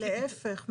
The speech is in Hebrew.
ולהיפך,